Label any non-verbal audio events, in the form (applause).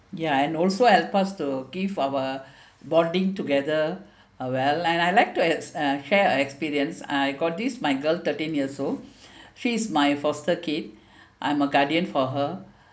ya and also help us to give our bonding together uh well and I like to ex~ uh share an experience I got this my girl thirteen years old (breath) she's my foster kid I'm a guardian for her